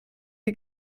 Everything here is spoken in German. die